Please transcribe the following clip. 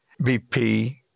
BP